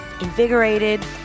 invigorated